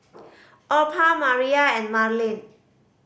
Orpha Mariah and Marlin